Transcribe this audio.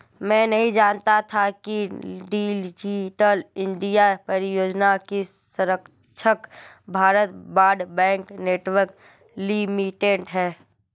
मैं नहीं जानता था कि डिजिटल इंडिया परियोजना की संरक्षक भारत ब्रॉडबैंड नेटवर्क लिमिटेड है